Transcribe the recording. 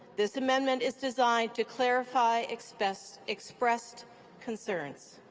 this amendment is designed to clarify expressed expressed concerns.